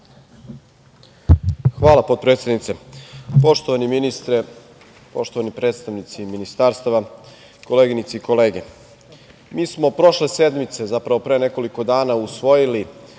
Hvala, potpredsednice. Poštovani ministre, poštovani predstavnici ministarstava, koleginice i kolege, mi smo prošle sednice, zapravo pre nekoliko dana usvojili